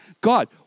God